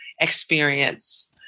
experience